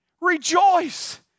Rejoice